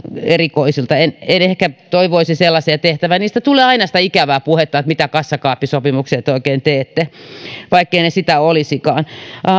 erikoisilta en toivoisi sellaisia tehtävän niistä tulee aina sitä ikävää puhetta että mitä kassakaappisopimuksia te oikein teette vaikka ne eivät sitä olisikaan